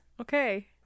Okay